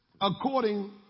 According